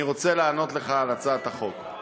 אני רוצה לענות לך על הצעת החוק.